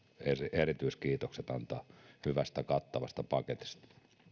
erityiskiitokset antaa hyvästä kattavasta paketista